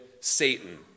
Satan